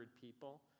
people